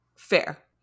Fair